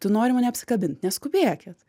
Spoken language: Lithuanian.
tu nori mane apsikabint neskubėkit